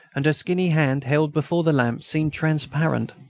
and her skinny hand, held before the lamp, seemed transparent.